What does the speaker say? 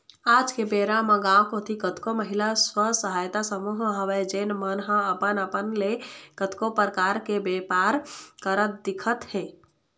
आज के बेरा म गाँव कोती कतको महिला स्व सहायता समूह हवय जेन मन ह अपन अपन ले कतको परकार के बेपार करत दिखत हे